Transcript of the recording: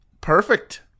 perfect